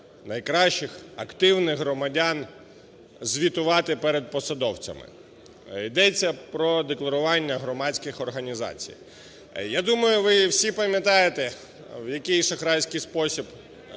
найкращих активних громадян звітувати перед посадовцями. Йдеться про декларування громадських організацій. Я думаю, ви всі пам'ятаєте, в який шахрайський спосіб